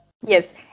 Yes